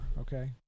Okay